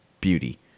beauty